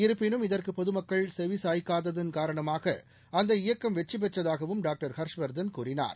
இருப்பினும் இதற்குபொதுமக்கள் செவிசாய்க்காததன் காரணமாகஅந்த இயக்கம் வெற்றிபெற்றதாகவும் டாக்டர் ஹர்ஷ்வர்தன் கூறினார்